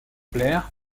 blair